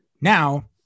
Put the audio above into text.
Now